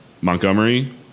Montgomery